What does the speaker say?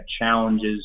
challenges